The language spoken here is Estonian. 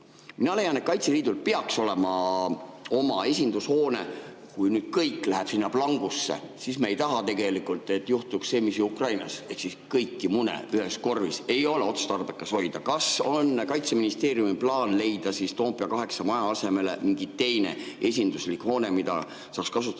Mina leian, et Kaitseliidul peaks olema oma esindushoone. Kui kõik läheb sinna Plangusse ... Me ju ei taha, et juhtuks see, mis juhtus Ukrainas. Kõiki mune ühes korvis ei ole otstarbekas hoida. Kas Kaitseministeeriumil on plaan leida Toompea 8 maja asemele mingi teine esinduslik hoone, mida saaks kasutada